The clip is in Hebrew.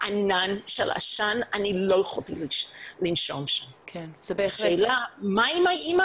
וזה לא שאני מחפש עכשיו את המעשן אלא זה משהו שנקבע מראש כאשר בעוד